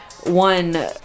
one